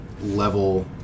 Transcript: level